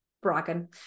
Bragging